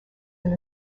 and